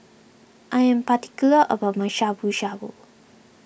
I am particular about my Shabu Shabu